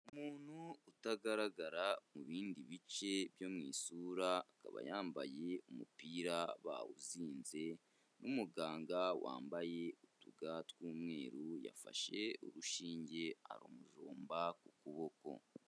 Umuntu utagaragara mu bindi bice byo mu isura, akaba yambaye umupira bawuzinze n'umuganga wambaye utuga tw'umweru, yafashe urushinge arumujomba ku kuboko.